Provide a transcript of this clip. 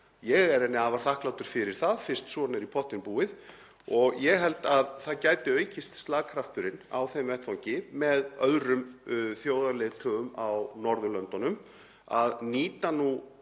Ég er henni afar þakklátur fyrir það fyrst svona er í pottinn búið og ég held að það gæti aukist slagkrafturinn á þeim vettvangi með öðrum þjóðarleiðtogum á Norðurlöndunum að nýta nú